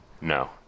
No